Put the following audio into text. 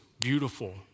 beautiful